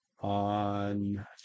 on